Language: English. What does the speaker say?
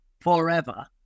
forever